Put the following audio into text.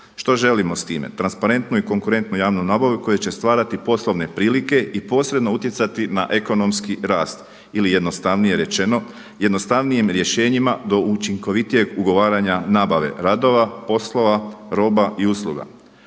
Što želimo s time? Transparentnu i konkurentnu javnu nabavu koja će stvarati poslovne prilike i posredno utjecati na ekonomski rast ili jednostavnije rečeno jednostavnijim rješenjima do učinkovitijeg ugovaranja nabave radova, poslova, roba i usluga.